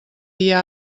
dia